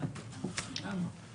הצבעה אושרה.